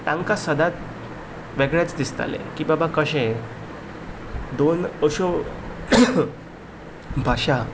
तांकां सदांत वेगळेंच दिसतालें की बाबा कशें दोन अश्यो भाशा